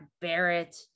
Barrett